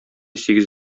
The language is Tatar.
сигез